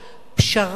פשרה?